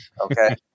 okay